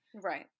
Right